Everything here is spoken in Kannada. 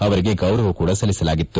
ಅವರಿಗೆ ಗೌರವ ಕೂಡ ಸಲ್ಲಿಸಲಾಗಿತ್ತು